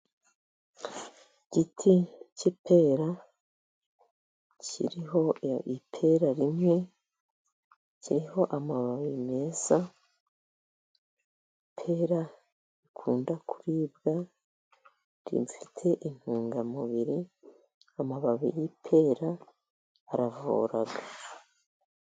Igiti cy'ipera kiriho ipera rimwe, kiriho amababi meza, ipera rikunda kuribwa, rifite intungamubiri, amababi yipera aravura.